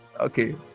okay